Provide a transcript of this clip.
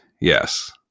Yes